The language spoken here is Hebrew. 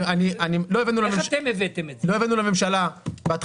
איך אתם הבאתם לממשלה?